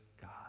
God